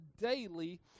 daily